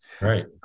Right